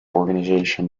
organization